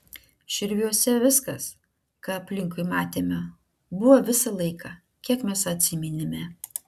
širviuose viskas ką aplinkui matėme buvo visą laiką kiek mes atsiminėme